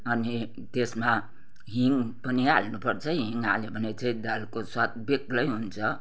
अनि त्यसमा हिङ पनि हाल्नु पर्छ हिङ हाल्यो भने चाहिँ दालको स्वाद बेग्लै हुन्छ